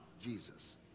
Jesus